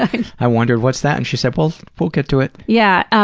and i wondered, what's that? and she said, we'll we'll get to it. yeah,